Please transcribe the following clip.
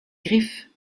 griffes